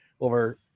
over